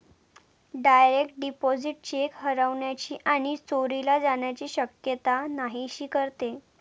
direct deposit cheque हरवण्याची आणि चोरीला जाण्याची शक्यता नाहीशी करते